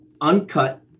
uncut